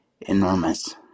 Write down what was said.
enormous